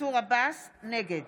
נגד